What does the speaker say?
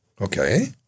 Okay